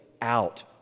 out